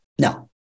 no